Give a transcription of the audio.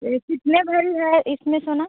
ये कितने भारी है इसमें सोना